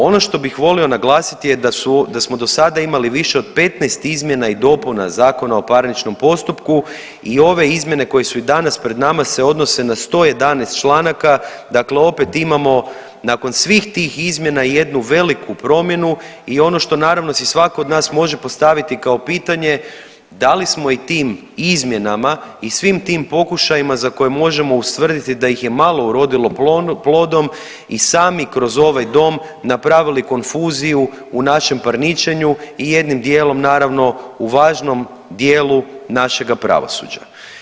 Ono što bih volio naglasiti je da smo do sada imali više od 15 izmjena i dopuna ZPP-a i ove izmjene koje su i danas pred nama se odnose na 111 članaka, dakle opet imamo nakon svih tih izmjena i jednu veliku promjenu i ono što naravno si svako od nas može postaviti kao pitanje da li smo i tim izmjenama i svim tim pokušajima za koje možemo ustvrditi da ih je malo urodilo plodom i sami kroz ovaj dom napravili konfuziju u našem parničenju i jednim dijelom naravno u važnom dijelu našega pravosuđa.